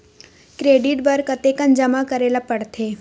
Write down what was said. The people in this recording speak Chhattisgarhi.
क्रेडिट बर कतेकन जमा करे ल पड़थे?